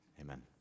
amen